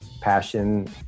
passion